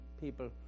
people